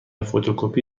فتوکپی